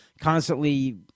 constantly